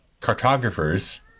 Cartographers